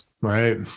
right